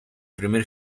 primer